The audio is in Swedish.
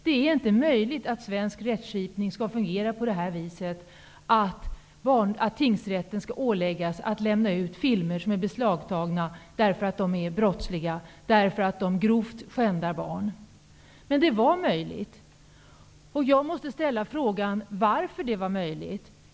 Det är inte möjligt att svensk rättskipning skall fungera på det här sättet, att tingsrätten skall åläggas att lämna ut filmer som är beslagtagna därför att de är brottsliga, därför att de grovt skändar barn. Men det var möjligt. Jag måste ställa frågan varför det var möjligt.